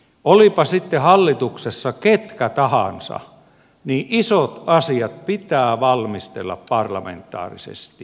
olivatpa sitten hallituksessa ketkä tahansa niin isot asiat pitää valmistella parlamentaarisesti